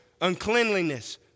uncleanliness